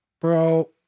Bro